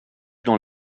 dans